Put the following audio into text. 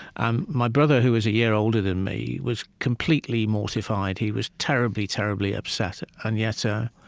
and my brother, who was a year older than me, was completely mortified. he was terribly, terribly upset, and yet, ah